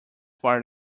part